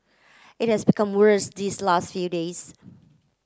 it has become worse these last few days